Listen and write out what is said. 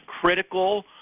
critical